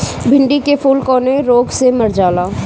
भिन्डी के फूल कौने रोग से मर जाला?